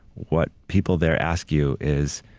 what people there ask you is,